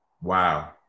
Wow